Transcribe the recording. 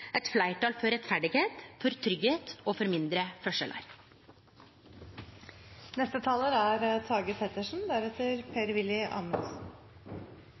eit fleirtal for rettferd, for tryggleik og for mindre